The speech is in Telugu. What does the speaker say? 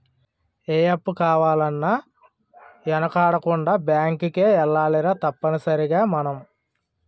ఏ అప్పు కావాలన్నా యెనకాడకుండా బేంకుకే ఎల్లాలిరా తప్పనిసరిగ మనం